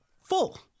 full